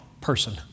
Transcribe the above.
person